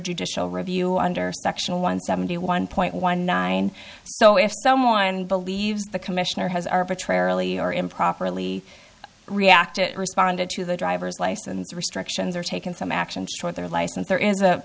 judicial review under section one seventy one point one nine so if someone believes the commissioner has arbitrarily or improperly reacted responded to the driver's license restrictions or taken some action short their license